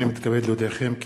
הנני מתכבד להודיעכם,